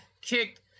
kicked